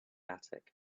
attic